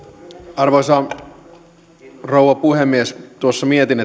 arvoisa rouva puhemies tuossa mietin